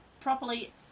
properly